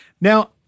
Now